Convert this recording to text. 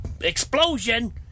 explosion